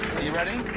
you ready?